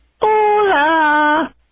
Hola